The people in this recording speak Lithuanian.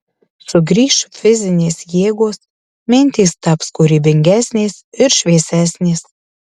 sugrįš fizinės jėgos mintys taps kūrybingesnės ir šviesesnės